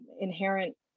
inherent